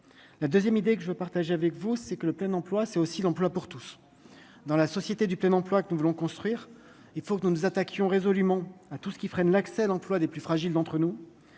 la 2ème idée que je partage avec vous, c'est que le plein emploi, c'est aussi l'emploi pour tous dans la société du plein emploi que nous voulons construire, il faut que nous nous attaquions résolument à tout ce qui freine l'accès à l'emploi des plus fragiles d'entre nous,